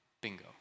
Bingo